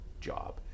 job